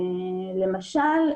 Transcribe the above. למשל,